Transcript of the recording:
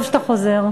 טוב שאתה חוזר.